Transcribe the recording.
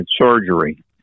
surgery